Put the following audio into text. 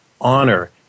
honor